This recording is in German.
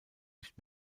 nicht